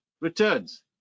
returns